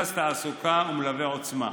רכז תעסוקה ומלווה עוצמה.